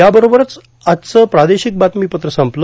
याबरोबरच आजचं प्रादेशिक बातमीपत्र संपलं